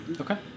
Okay